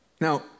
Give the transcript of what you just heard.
Now